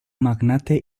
magnate